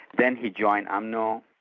then he joined umno,